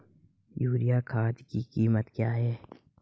Urea खाद की कीमत क्या है?